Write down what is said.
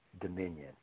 dominion